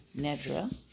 Nedra